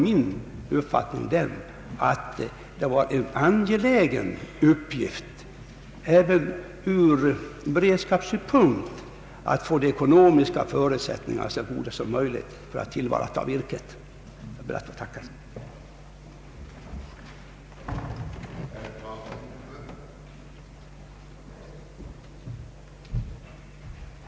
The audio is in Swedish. Min uppfattning är alltså att det ur beredskapssynpunkt är en angelägen uppgift att göra de ekonomiska förutsättningarna för att tillvarata virket så goda som möjligt. Jag ber än en gång få tacka för svaret.